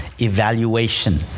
evaluation